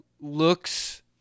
looks